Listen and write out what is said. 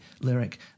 Lyric